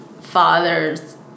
fathers